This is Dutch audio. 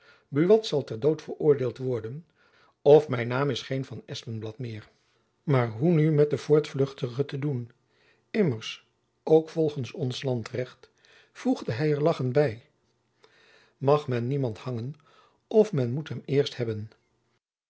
buat zal ter dood veroordeeld worden of mijn naam is geen van espenblad meer maar hoe nu met de voortvluchtigen te doen immers ook volgends ons landrecht voegde hy er lachend by jacob van lennep elizabeth musch mag men niemand hangen of men moet hem eerst hebben